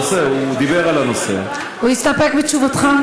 הוא דיבר על הנושא, הוא הסתפק בתשובתך?